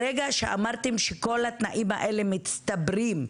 ברגע שאמרתם שכל התנאים האלה מצטברים.